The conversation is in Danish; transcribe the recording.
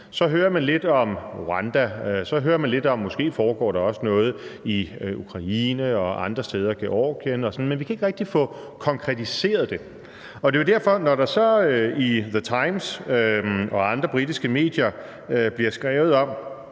Så hører man lidt om Rwanda, så hører man lidt om, at der måske også foregår noget i Ukraine og andre steder, Georgien, og sådan noget, men vi kan ikke rigtig få konkretiseret det. Når der så i The Times og andre britiske medier bliver skrevet om,